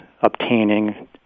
obtaining